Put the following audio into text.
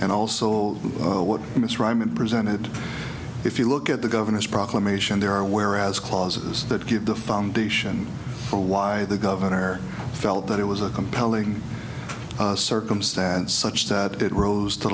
and also what miss reiman presented if you look at the governor's proclamation there are whereas clauses that give the foundation for why the governor felt that it was a compelling circumstance such that it roe